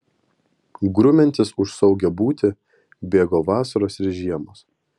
grumiantis už saugią būtį bėgo vasaros ir žiemos